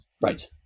Right